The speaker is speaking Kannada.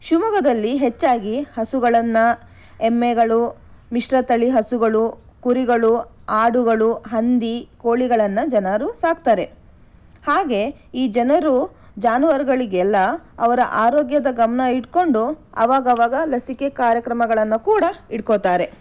ಶಿವಮೊಗ್ಗದಲ್ಲಿ ಹೆಚ್ಚಾಗಿ ಹಸುಗಳನ್ನು ಎಮ್ಮೆಗಳು ಮಿಶ್ರ ತಳಿ ಹಸುಗಳು ಕುರಿಗಳು ಆಡುಗಳು ಹಂದಿ ಕೋಳಿಗಳನ್ನು ಜನರು ಸಾಕ್ತಾರೆ ಹಾಗೆ ಈ ಜನರು ಜಾನುವಾರುಗಳಿಗೆಲ್ಲ ಅವರ ಆರೋಗ್ಯದ ಗಮನ ಇಟ್ಟುಕೊಂಡು ಆವಾಗಾವಾಗ ಲಸಿಕೆ ಕಾರ್ಯಕ್ರಮಗಳನ್ನು ಕೂಡ ಇಡ್ಕೊತಾರೆ